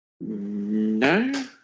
No